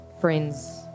friends